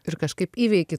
ir kažkaip įveiki